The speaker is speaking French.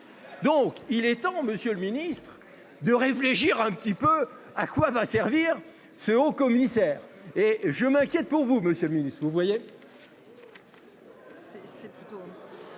Donc il est temps Monsieur le Ministre, de réfléchir un petit peu à quoi va servir ce haut commissaire et je m'inquiète pour vous Monsieur le Ministre, vous voyez.